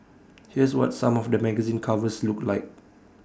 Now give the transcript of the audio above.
here's what some of the magazine covers looked like